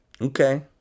Okay